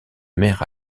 mère